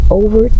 over